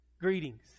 Greetings